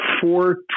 four